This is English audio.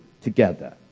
together